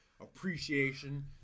appreciation